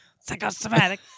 Psychosomatic